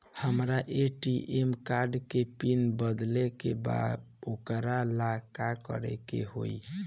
हमरा ATM card के PIN बदले के बा वोकरा ला का करे के होई?